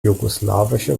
jugoslawische